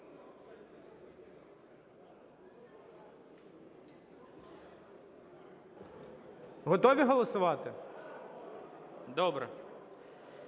готові голосувати? Добре.